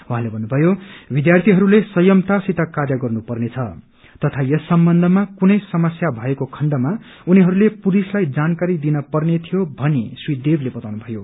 उहाँले भन्नुभयो विद्यार्थीहरूले संयमतासित कार्य गर्नु पर्नेछ तथा यस सम्बन्धमा कुनै समस्या भएको खण्डमा उनीहरूले पुलिसलाई जानकारी दिन पर्ने थियो भनी श्री देवले बताउनुभयो